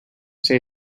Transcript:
say